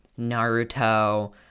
Naruto